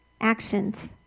actions